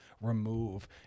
remove